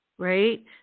Right